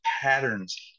patterns